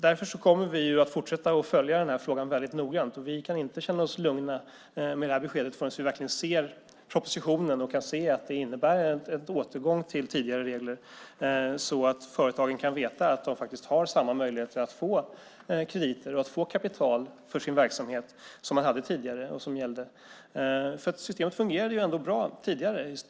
Därför kommer vi att fortsätta att noga följa frågan, och vi kan inte känna oss lugna förrän propositionen kommer och vi verkligen ser att det innebär en återgång till tidigare regler så att företagen vet att de har samma möjligheter som tidigare att få krediter och kapital för sin verksamhet. Systemet fungerade i stort sett bra tidigare.